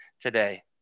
today